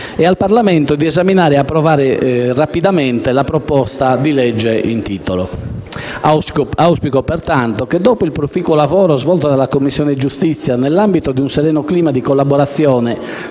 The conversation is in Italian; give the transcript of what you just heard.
e al Parlamento di esaminare e approvare rapidamente la proposta di legge in titolo. Auspico, pertanto, che dopo il proficuo lavoro svolto dalla Commissione Giustizia nell'ambito di un sereno clima di collaborazione